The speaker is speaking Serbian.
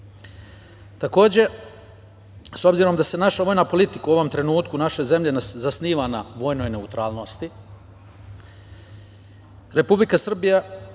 s obzirom da se naša vojna politika, u ovom trenutku, naše zemlje zasniva na vojnoj neutralnosti, Republika Srbija